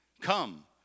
Come